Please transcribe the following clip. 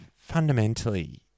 fundamentally